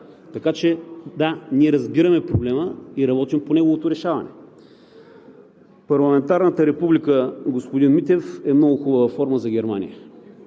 Така че да, ние разбираме проблема и работим по неговото решаване. Парламентарната република, господин Митев, е много хубава форма за Германия,